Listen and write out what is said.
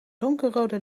donkerrode